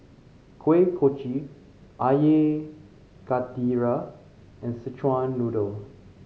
Kuih Kochi Air Karthira and Szechuan Noodle